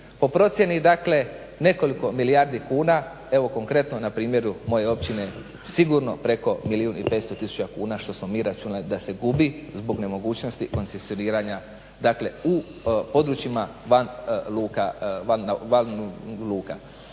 po procjeni dakle nekoliko milijardi kuna, evo konkretno na primjeru moje općine sigurno preko milijun i 500 tisuća kuna što smo mi računali da se gubi zbog nemogućnosti koncesioniranja dakle u područjima van luka.